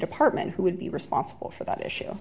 department who would be responsible for that issue